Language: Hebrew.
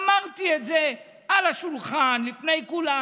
אמרתי את זה על השולחן לפני כולם.